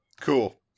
cool